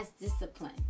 discipline